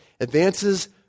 advances